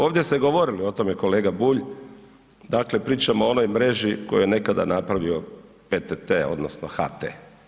Ovdje ste govorili o tome, kolega Bulj, dakle pričamo o onoj mreži koju je nekada napravio PTT, odnosno HT.